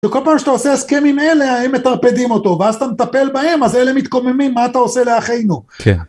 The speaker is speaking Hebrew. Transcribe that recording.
כל פעם שאתה עושה הסכמים אלה, הם מטרפדים אותו, ואז אתה מטפל בהם, אז אלה מתקוממים, מה אתה עושה לאחינו? כן.